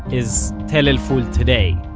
is tell el-ful today.